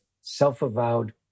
self-avowed